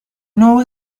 know